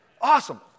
Awesome